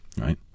Right